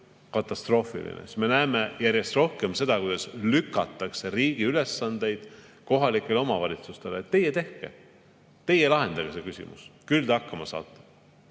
katastroofiline, siis me näeme järjest rohkem seda, kuidas lükatakse riigi ülesandeid kohalikele omavalitsustele: teie tehke, teie lahendage see küsimus, küll te hakkama saate.